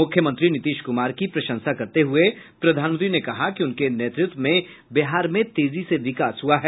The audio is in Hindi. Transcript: मुख्यमंत्री नीतीश कुमार की प्रशंसा करते हुए प्रधानमंत्री ने कहा कि उनके नेतृत्व में बिहार में तेजी से विकास हुआ है